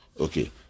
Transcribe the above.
Okay